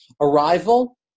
arrival